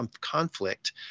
conflict